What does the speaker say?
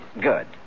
Good